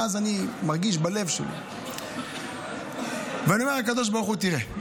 ואז אני מרגיש בלב שלי ואני אומר לקדוש ברוך הוא: תראה,